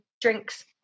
drinks